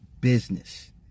business